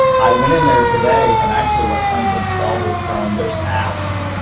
i went in there today and actually what comes installed with chrome there's ask.